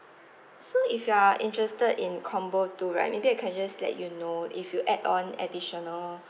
so if you are interested in combo two right maybe I can just let you know if you add on additional